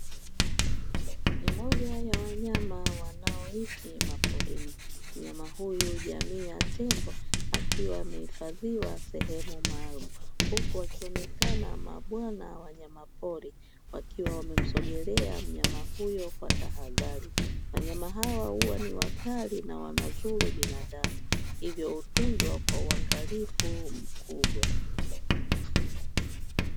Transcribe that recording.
Ni moja ya wanyama wanaoishi maporini. Mnyamna huyu jamii ya tembo akiwa amehifadhiwa sehemu maalumu huku wakionekana mabwana wa wanyamapori wakiwa wamemsogelea mnyama huyo kwa tahadhari. Wanyama hao huwa ni wakali na wanadhuru binadamu, hivyo hutunzwa kwa uangalifu mkubwa.